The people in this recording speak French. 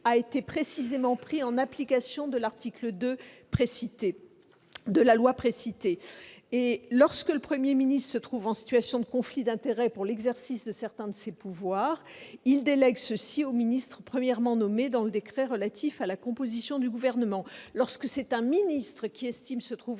a été précisément pris en application de l'article 2 de la loi précitée. Aux termes de ce décret, lorsque le Premier ministre se trouve en situation de conflit d'intérêts pour l'exercice de certains de ses pouvoirs, il délègue ceux-ci au ministre premièrement nommé dans le décret relatif à la composition du Gouvernement. Lorsque c'est un ministre qui estime se trouver